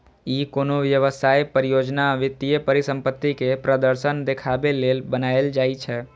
ई कोनो व्यवसाय, परियोजना, वित्तीय परिसंपत्ति के प्रदर्शन देखाबे लेल बनाएल जाइ छै